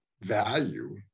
value